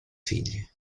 figli